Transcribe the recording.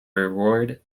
reward